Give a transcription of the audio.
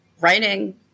writing